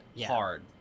hard